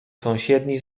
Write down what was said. sąsiedni